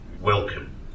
welcome